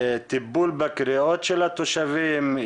טיפול בקריאות של התושבים,